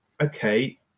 okay